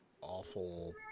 awful